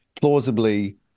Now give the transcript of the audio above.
plausibly